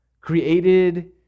created